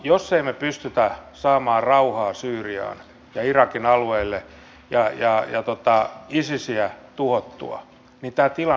jos me emme pysty saamaan rauhaa syyriaan ja irakin alueelle ja isisiä tuhottua niin tämä tilanne vain jatkuu